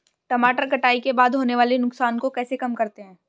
टमाटर कटाई के बाद होने वाले नुकसान को कैसे कम करते हैं?